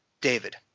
David